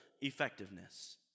effectiveness